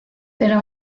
era